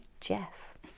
Jeff